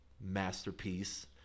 masterpiece